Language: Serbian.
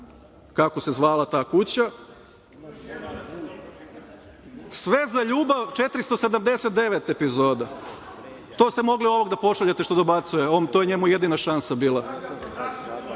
kako se zvala ta kuća, „Sve za ljubav“ – 479 epizoda, to ste mogli ovog da pošaljete što dobacuje, to je njemu jedina šansa bila,